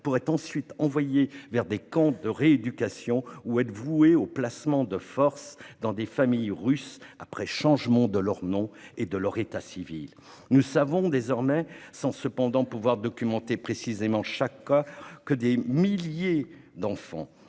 pour être ensuite envoyés vers des camps de rééducation ou voués au placement de force dans des familles russes après changement de leur nom et de leur état civil. Nous savons désormais, sans cependant pouvoir documenter précisément chaque cas, que des milliers d'enfants,